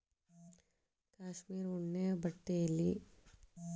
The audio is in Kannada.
ಕಾಶ್ಮೇರ ಉಣ್ಣೆ ಬಟ್ಟೆಗೆ ಬೆಲಿ ಹೆಚಗಿ ಅಂತಾ ಅವ ಹಗರ ಮತ್ತ ಮೆತ್ತಗ ಚಂದ ಇರತಾವಂತ